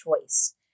choice